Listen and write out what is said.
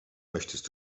möchtest